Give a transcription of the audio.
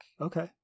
okay